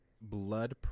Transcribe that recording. blood